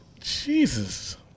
Jesus